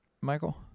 Michael